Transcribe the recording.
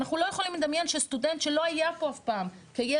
אנחנו לא יכולים לדמיין שסטודנט שלא היה פה אף פעם כילד